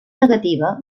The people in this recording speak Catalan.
negativa